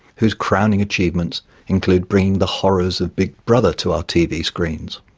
whose crowning achievements include bringing the horrors of big brother to our tv screens?